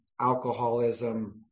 alcoholism